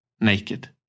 naked